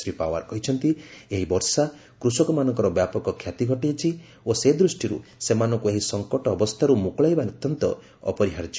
ଶ୍ୱୀ ପାୱାର କହିଛନ୍ତି ଏହି ବର୍ଷା କୃଷକମାନଙ୍କର ବ୍ୟାପକ କ୍ଷତି ଘଟାଇଛି ଓ ସେ ଦୃଷ୍ଟିରୁ ସେମାନଙ୍କୁ ଏହି ସଂକଟ ଅବସ୍ଥାରୁ ମୁକୁଳାଇବା ଅତ୍ୟନ୍ତ ଅପରିହାର୍ଯ୍ୟ